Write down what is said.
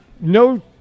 no